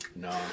No